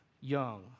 Young